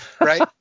right